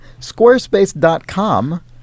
Squarespace.com